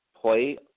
play